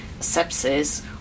sepsis